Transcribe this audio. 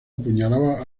apuñala